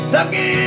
Lucky